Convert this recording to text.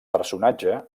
personatge